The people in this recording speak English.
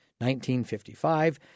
1955